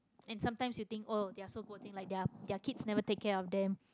and sometimes you think oh they're so poor thing like their their kids never take care of them